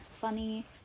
funny